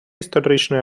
історичний